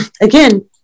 again